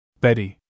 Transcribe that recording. Betty